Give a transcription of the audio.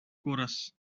chorus